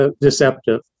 deceptive